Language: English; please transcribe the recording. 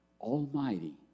Almighty